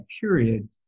period